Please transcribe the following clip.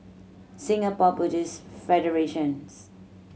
Singapore Buddhist Federations